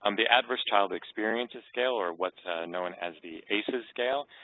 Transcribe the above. um the adverse child experiences scale, or what's known as the aces scale,